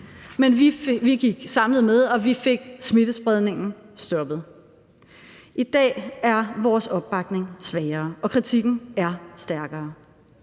Men vi gik samlet med, og vi fik smittespredningen stoppet. I dag er vores opbakning svagere, og kritikken er stærkere.